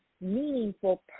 meaningful